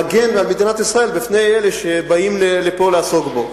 מגן על מדינת ישראל מפני אלה שבאים לפה לעסוק בו.